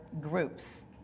groups